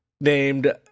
named